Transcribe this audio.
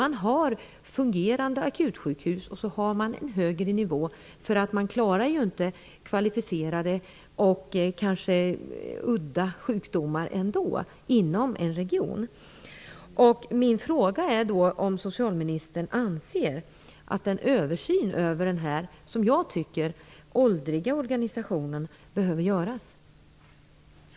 Man har fungerande akutsjukhus och därutöver en högre nivå, eftersom man inom en region inte klarar kvalificerad vård av kanske udda sjukdomar. Min fråga är om socialministern anser att en översyn av den nuvarande, som jag tycker, åldriga organisationen behöver göras.